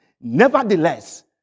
Nevertheless